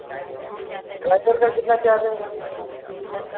driver का कितना charge है यहाँ